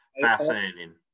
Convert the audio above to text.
fascinating